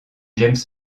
james